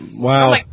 Wow